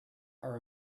are